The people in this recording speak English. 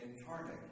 incarnate